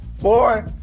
Boy